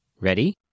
Ready